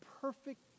perfect